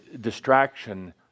Distraction